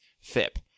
fip